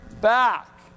back